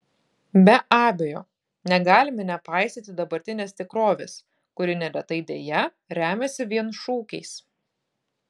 be abejo negalime nepaisyti dabartinės tikrovės kuri neretai deja remiasi vien šūkiais